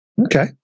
Okay